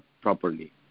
properly